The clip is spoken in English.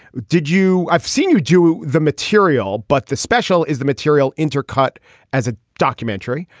did you. i've seen you do the material but the special is the material intercut as a documentary.